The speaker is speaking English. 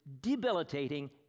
debilitating